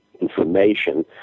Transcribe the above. information